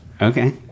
Okay